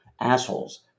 assholes